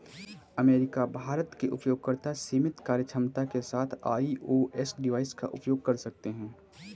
America, Bharat के उपयोगकर्ता सीमित कार्यक्षमता के साथ आई.ओ.एस डिवाइस का उपयोग कर सकते हैं